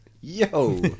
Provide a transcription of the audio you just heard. Yo